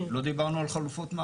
לא דיברנו על חלופות מאסר?